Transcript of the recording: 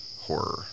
horror